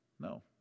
No